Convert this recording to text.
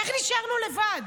איך נשארנו לבד?